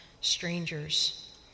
strangers